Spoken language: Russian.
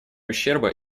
ущерба